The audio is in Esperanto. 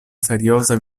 serioza